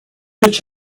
bitch